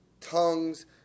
tongues